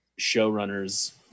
showrunners